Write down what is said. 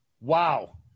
Wow